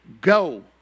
Go